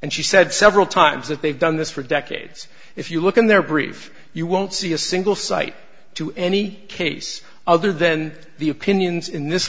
and she said several times that they've done this for decades if you look in their brief you won't see a single cite to any case other than the opinions in this